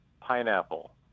pineapple